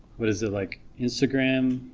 what is it like instagram?